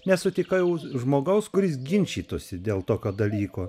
nesutikau žmogaus kuris ginčytųsi dėl tokio dalyko